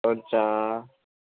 हुन्छ